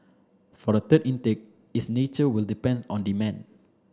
for the third intake its nature will depend on demand